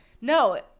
no